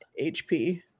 HP